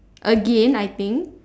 again I think